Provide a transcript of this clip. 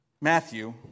Matthew